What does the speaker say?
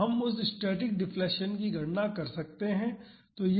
तो हम उस स्टैटिक डिफ्लेक्शन की गणना कर सकते हैं